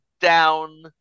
down